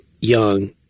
young